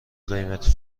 قیمتی